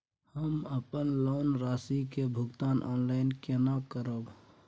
हम अपन लोन राशि के भुगतान ऑनलाइन केने करब?